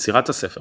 יצירת הספר